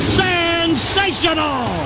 sensational